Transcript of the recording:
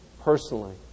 personally